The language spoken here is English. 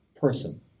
person